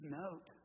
note